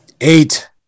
Eight